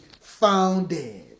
founded